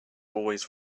always